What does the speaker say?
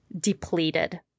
depleted